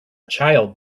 child